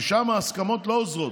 ושם ההסכמות לא עוזרות.